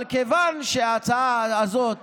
אבל כיוון שההצעה הזאת